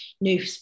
new